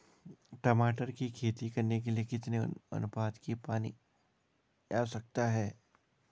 टमाटर की खेती करने के लिए कितने अनुपात का पानी आवश्यक है?